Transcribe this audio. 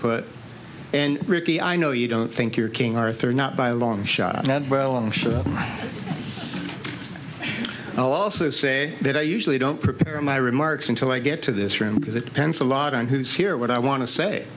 input and ricky i know you don't think you're king arthur not by a long shot well i'm sure i'll also say that i usually don't prepare my remarks until i get to this room because it depends a lot on who's hear what i want to say